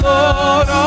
Lord